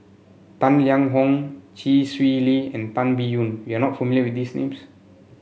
Tang Liang Hong Chee Swee Lee and Tan Biyun you are not familiar with these names